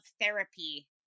therapy